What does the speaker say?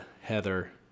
Heather